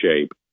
shape